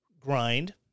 grind